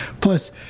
Plus